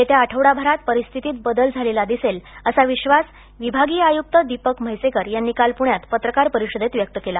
येत्या आठवडाभरात परिस्थितीत बदल झालेला दिसेल असा विश्वास विभागीय आयुक्त दीपक म्हैसेकर यांनी काल प्ण्यात पत्रकार परिषदेत व्यक्त केला